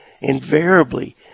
invariably